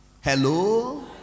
Hello